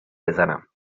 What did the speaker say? بزنم